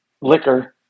liquor